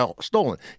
stolen